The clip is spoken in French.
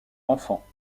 enfants